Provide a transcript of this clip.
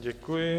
Děkuji.